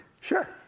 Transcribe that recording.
sure